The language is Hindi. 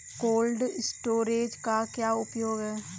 कोल्ड स्टोरेज का क्या उपयोग है?